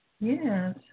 Yes